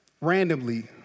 randomly